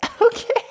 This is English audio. okay